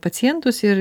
pacientus ir